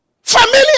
Familiar